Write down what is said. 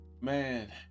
Man